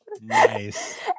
Nice